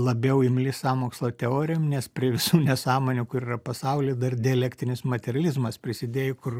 labiau imli sąmokslo teorijom nes prie visų nesąmonių kur yra pasauly dar dialektinis materializmas prisidėjo kur